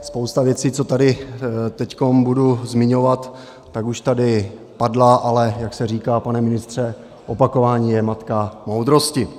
Spousta věcí, co tady teď budu zmiňovat, už tady padla, ale jak se říká, pane ministře, opakování je matka moudrosti.